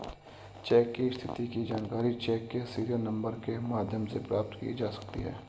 check की स्थिति की जानकारी चेक के सीरियल नंबर के माध्यम से प्राप्त की जा सकती है